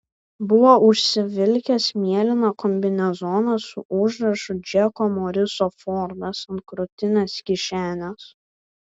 buvo užsivilkęs mėlyną kombinezoną su užrašu džeko moriso fordas ant krūtinės kišenės